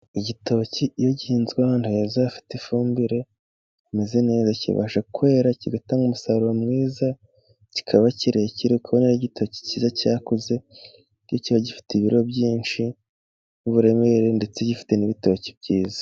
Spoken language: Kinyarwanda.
Igi iyo gizwe hanoheza afite ifumbire rimeze neza kibasha kigata umusaruro mwiza kikaba kirekire kubona igitoki cyiza, cyakuze ndetse kiba gifite ibiro byinshi n'uburemere ndetse gifite n'ibitoki byiza.